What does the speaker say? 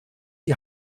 die